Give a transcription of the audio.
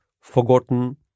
forgotten